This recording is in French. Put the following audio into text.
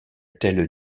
telle